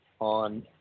on